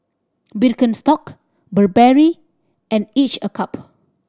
Birkenstock Burberry and Each a Cup